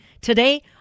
Today